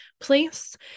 place